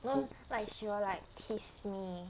no like she will like tease me